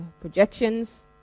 projections